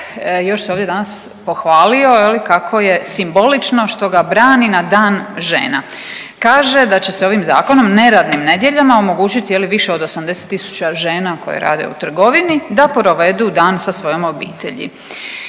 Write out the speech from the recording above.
još se ovdje danas pohvalio je li kako je simbolično što ga brani na Dan žena. Kaže da će se ovim zakonom neradnim nedjeljama omogućiti je li više od 80 tisuća žena koje rade u trgovini da provedu dan sa svojom obitelji.